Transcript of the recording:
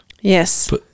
yes